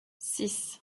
six